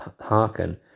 hearken